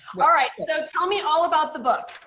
alright, so tell me all about the book.